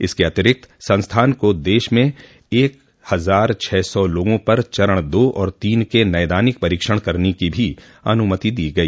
इसके अतिरिक्त संस्थान को देश में एक हजार छह सौ लोगों पर चरण दो और तीन के नैदानिक परीक्षण करने की भी अनुमति दी गई